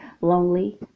lonely